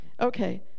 Okay